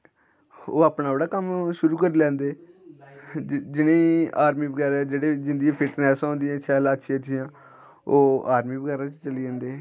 ओह् अपना ओह्ड़ा कम्म शुरू करी लैंदे जि'नें गी आर्मी बगैरा जेह्ड़े जिं'दी फिटनैस्स होंदियां शैल अच्छियां अच्छियां ओह् आर्मी बगैरा च चली जंदे